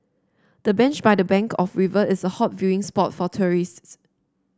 the bench by the bank of river is a hot viewing spot for tourists